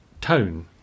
tone